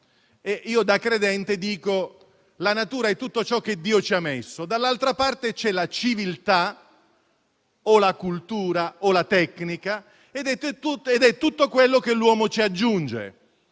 e io, da credente, dico che la natura è tutto ciò che Dio ci ha messo; dall'altra parte c'è la civiltà, la cultura o la tecnica ed è tutto quello che l'uomo aggiunge.